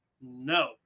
No